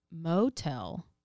motel